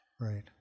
Right